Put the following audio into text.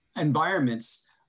environments